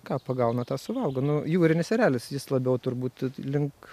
ką pagauna tą suvalgo nu jūrinis erelis jis labiau turbūt link